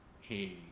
hey